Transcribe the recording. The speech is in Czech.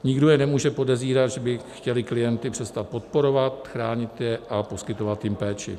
Nikdo je nemůže podezírat, že by chtěli klienty přestat podporovat, chránit je a poskytovat jim péči.